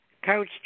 Coach